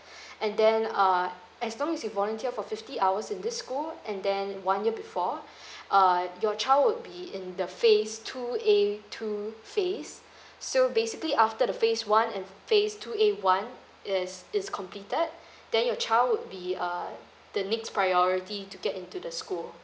and then uh as long as you volunteer for fifty hours in this school and then one year before uh your child would be in the phase two A two phase so basically after the phase one and phase two A one is is completed then your child would be uh the next priority to get into the school